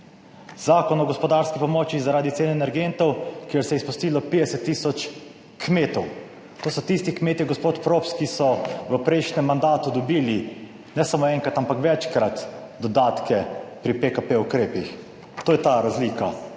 Zakon o gospodarski pomoči zaradi cene energentov, kjer se je izpustilo 50 tisoč kmetov. To so tisti kmetje, gospod Props, ki so v prejšnjem mandatu dobili ne samo enkrat, ampak večkrat dodatke pri PKP ukrepih. To je ta razlika,